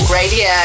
Radio